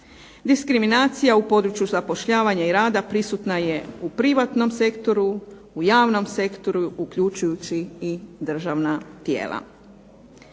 Diskriminacija u području zapošljavanja i rada prisutna je u privatnom sektoru, u javnom sektoru uključujući i državna tijela.